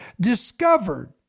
discovered